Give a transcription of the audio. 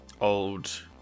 old